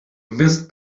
miss